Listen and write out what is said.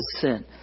sin